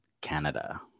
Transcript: Canada